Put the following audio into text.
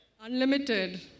Unlimited